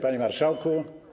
Panie Marszałku!